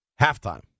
halftime